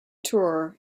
tour